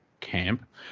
camp